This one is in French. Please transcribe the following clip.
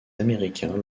américains